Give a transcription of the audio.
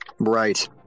Right